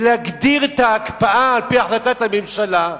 ולהגדיר את ההקפאה על-פי החלטת הממשלה,